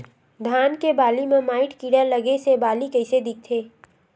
धान के बालि म माईट कीड़ा लगे से बालि कइसे दिखथे?